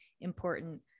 important